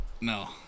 No